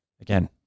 again